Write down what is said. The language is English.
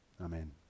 Amen